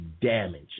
damage